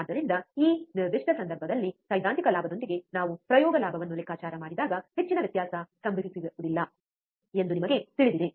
ಆದ್ದರಿಂದ ಈ ನಿರ್ದಿಷ್ಟ ಸಂದರ್ಭದಲ್ಲಿ ಸೈದ್ಧಾಂತಿಕ ಲಾಭದೊಂದಿಗೆ ನಾವು ಪ್ರಯೋಗ ಲಾಭವನ್ನು ಲೆಕ್ಕಾಚಾರ ಮಾಡಿದಾಗ ಹೆಚ್ಚಿನ ವ್ಯತ್ಯಾಸ ಸಂಭವಿಸುವುದಿಲ್ಲ ಎಂದು ನಿಮಗೆ ತಿಳಿದಿದೆ